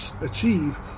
achieve